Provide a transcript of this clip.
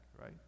right